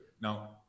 Now